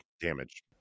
damage